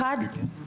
אחת,